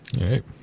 right